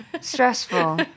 stressful